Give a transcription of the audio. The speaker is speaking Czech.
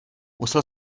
musel